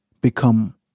become